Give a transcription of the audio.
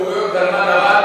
פעם היה מישהו שאמר,